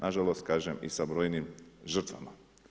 Na žalost kažem i sa brojnim žrtvama.